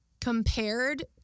compared